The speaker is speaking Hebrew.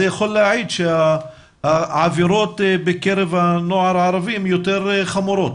זה יכול להעיד על כך שהעבירות בקרב הנוער הערבי הן יותר חמורות.